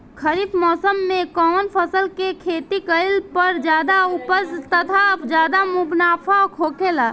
खरीफ़ मौसम में कउन फसल के खेती कइला पर ज्यादा उपज तथा ज्यादा मुनाफा होखेला?